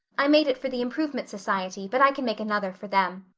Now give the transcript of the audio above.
i made it for the improvement society, but i can make another for them.